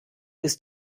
ist